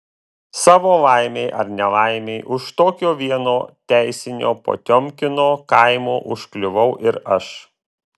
savo laimei ar nelaimei už tokio vieno teisinio potiomkino kaimo užkliuvau ir aš